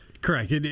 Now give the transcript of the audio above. Correct